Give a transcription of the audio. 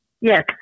Yes